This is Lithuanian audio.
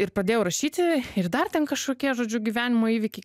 ir pradėjau rašyti ir dar ten kažkokie žodžiu gyvenimo įvykiai